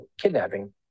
kidnapping